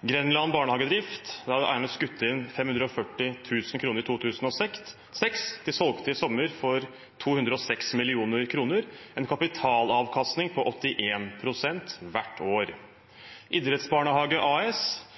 Grenland barnehagedrift AS, der eierne hadde skutt inn 540 000 kr i 2006, solgte i sommer for 206 mill. kr – en kapitalavkastning på 81 pst. hvert år. Idrettsbarnehage AS,